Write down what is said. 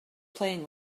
playing